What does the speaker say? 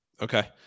Okay